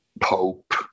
Pope